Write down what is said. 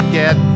get